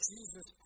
Jesus